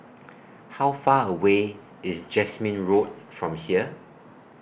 How Far away IS Jasmine Road from here